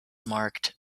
marked